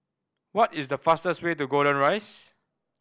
what is the fastest way to Golden Rise